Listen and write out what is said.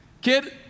Kid